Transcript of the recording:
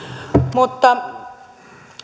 mutta